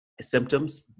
symptoms